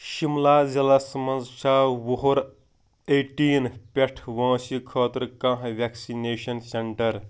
شِملہ ضلعس مَنٛز چھا وُہُر ایٹیٖن پٮ۪ٹھ وٲنٛسہِ خٲطرٕ کانٛہہ وٮ۪کسِنیشَن سینٹر